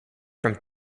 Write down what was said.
from